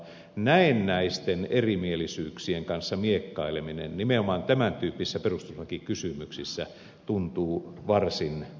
näennäisten erimielisyyksien kanssa miekkaileminen nimenomaan tämän tyyppisissä perustuslakikysymyksissä tuntuu varsin oudolta